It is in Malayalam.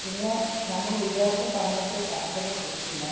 പിന്നെ നമ്മൾ വിചാരിച്ച സമയത്ത് ഷർട്ടുകൾ കിട്ടില്ല